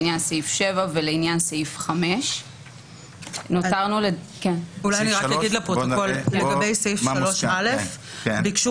לעניין סעיף 7 ולעניין סעיף 5. אני אגיד לפרוטוקול שלגבי סעיף 3(א) ביקשו